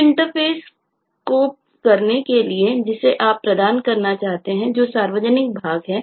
उस इंटरफेस को करने के लिए जिसे आप प्रदान करना चाहते थे जो एक सार्वजनिक भाग है